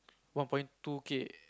one point two K